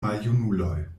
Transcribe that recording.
maljunuloj